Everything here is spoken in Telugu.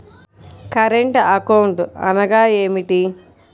కరెంట్ అకౌంట్ అనగా ఏమిటి?